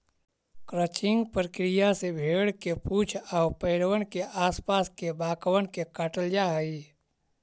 crutching प्रक्रिया से भेंड़ के पूछ आउ पैरबन के आस पास के बाकबन के काटल जा हई